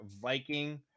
Viking